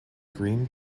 green